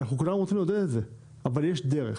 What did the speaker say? כולנו רוצים לעודד את זה אבל יש דרך.